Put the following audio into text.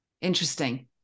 Interesting